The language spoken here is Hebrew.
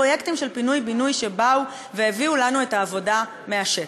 פרויקטים של פינוי-בינוי שבאו והביאו לנו את העבודה מהשטח.